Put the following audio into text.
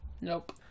Nope